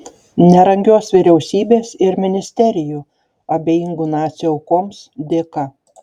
nerangios vyriausybės ir ministerijų abejingų nacių aukoms dėka